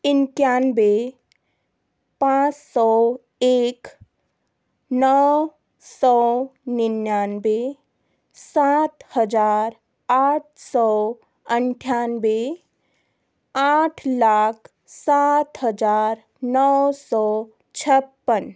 इक्यानवे पाँच सौ एक नौ सौ निन्यानबे सात हज़ार आठ सौ अंठानबे आठ लाख सात हज़ार नौ सौ छप्पन